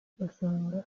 ugasanga